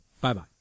Bye-bye